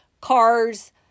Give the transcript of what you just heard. Cars